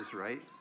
right